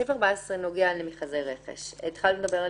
לגבי מכרז רכש דובר על